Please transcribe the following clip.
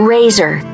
Razor